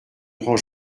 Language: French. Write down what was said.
prends